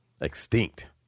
extinct